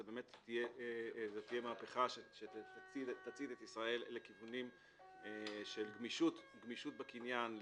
זאת תהיה מהפכה שתצעיד את ישראל לכיוונים של גמישות בקניין,